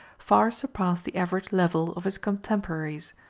far surpassed the average level of his contemporaries.